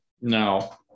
No